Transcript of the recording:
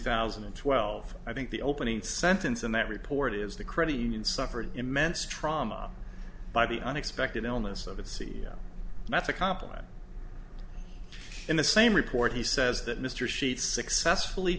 thousand and twelve i think the opening sentence in that report is the credit union suffered immense trauma by the unexpected illness of a c that's a compliment in the same report he says that mr sheets successfully